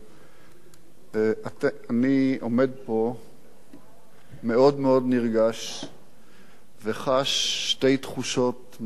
אני עומד פה מאוד מאוד נרגש וחש שתי תחושות מאוד עמוקות.